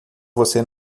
você